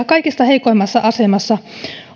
kaikista heikoimmassa asemassa